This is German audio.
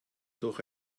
durch